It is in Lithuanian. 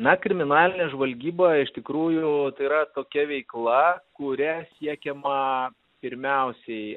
na kriminalinė žvalgyba iš tikrųjų tai yra tokia veikla kuria siekiama pirmiausiai